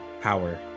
power